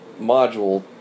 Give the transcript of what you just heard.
module